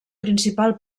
principal